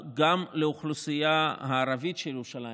גם לאוכלוסייה הערבית של ירושלים,